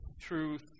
truth